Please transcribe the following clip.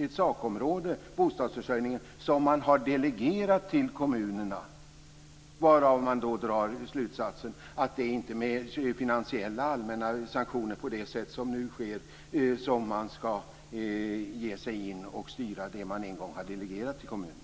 ett sakområde, dvs. bostadsförsörjningen, som man har delegerat till kommunerna. Därav dras slutsatsen att det inte är med finansiella allmänna sanktioner, på det sätt som nu sker, som man skall ge sig in och styra det man en gång har delegerat till kommunerna.